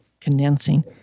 condensing